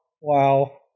Wow